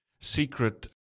secret